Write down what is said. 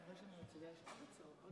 אחרי שאני מציגה יש עוד הצעות.